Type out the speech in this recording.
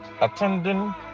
attending